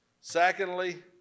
Secondly